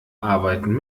arbeiten